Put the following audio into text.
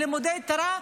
ולימודי תורה,